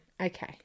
Okay